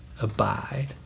abide